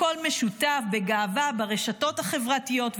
הכול משותף בגאווה ברשתות החברתיות,